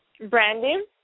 Brandy